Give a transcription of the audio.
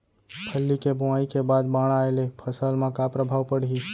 फल्ली के बोआई के बाद बाढ़ आये ले फसल मा का प्रभाव पड़ही?